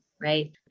Right